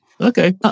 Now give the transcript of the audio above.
Okay